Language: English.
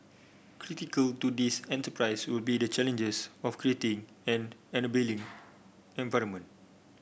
critical to this enterprise will be the challenges of creating an enabling environment